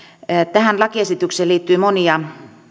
tähän lakiesitykseen liittyy monia